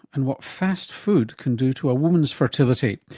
and what fast food can do to a woman's fertility.